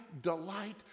delight